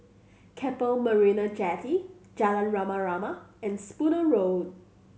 Keppel Marina Jetty Jalan Rama Rama and Spooner Road